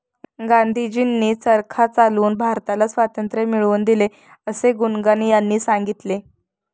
गांधीजींनी चरखा चालवून भारताला स्वातंत्र्य मिळवून दिले असे गुनगुन यांनी सांगितले